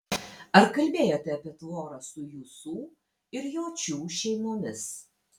ar kalbėjote apie tvorą su jusų ir jočių šeimomis